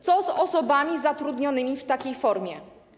Co z osobami zatrudnionymi w takiej formie?